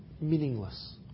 meaningless